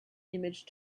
image